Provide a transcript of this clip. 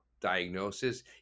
diagnosis